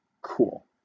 Cool